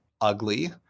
ugly